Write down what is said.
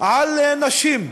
על נשים,